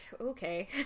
Okay